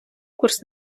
курс